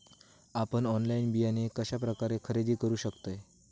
आपन ऑनलाइन बियाणे कश्या प्रकारे खरेदी करू शकतय?